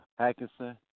Hackinson